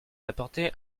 apporter